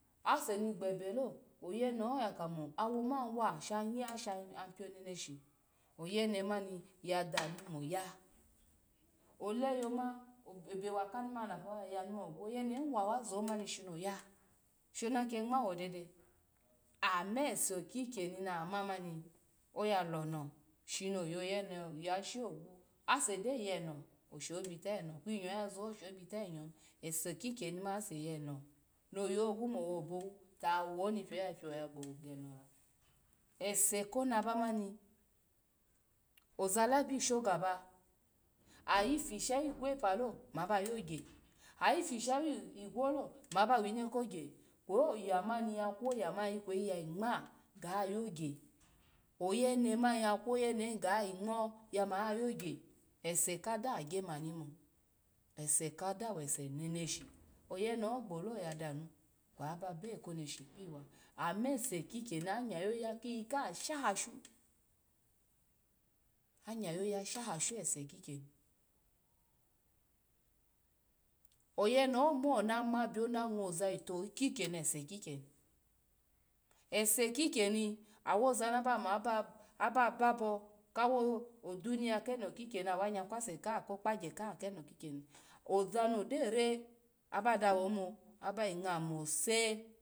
Ase ni gbebelo oyeneho yakamo awoma washaya shapioneneshi oyene ani ya danu moya ole yoma ebe wa kanu lapa gu oyamo oyenehi wazo ma shoya shona ke ngma wo dede ama ese kikyeni nama mani oya lono shini oyo yene oya sho ogu, ase gyo yeno osho bita eno kwi nyo yazo osho bita enoni ese kikyeni ma ase yeno no yogu mo wo bowo tawo oni pioya pio genola. Ase kona bani ozalabi shogaba ayi fishiyi igwopa lo maba yogya, ayi fishiyi igwolo ma ba wino kogya kwo oya mani aya kwo yamani ikweyi ayi ngma ga yogya oyene ma a kwo yenehi yaga yi ngm yama yagya ese kada agyo ma ni imbo. ese kada wese neneshi oyeneho gbolo oyedanu kwobabe ko neshi kpiwo amese kikyeni anya yoya kiyi ka sha ho shu anya yoya shasha shu ese kikyeni oyeneho mo ama biona ngwo zato ikikyeni ese ikikyeni. ase kikyeni awo za na ba ma na babo kawo duniya eno kikyeni awa ya kwose kaha kokpagya kaha keno kikyeni ozano dora abadawo linbo aba yi ngwo mose.